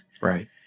Right